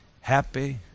Happy